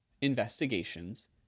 investigations